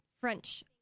French